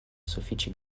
sufiĉe